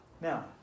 Now